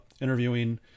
interviewing